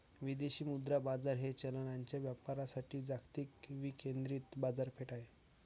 विदेशी मुद्रा बाजार हे चलनांच्या व्यापारासाठी जागतिक विकेंद्रित बाजारपेठ आहे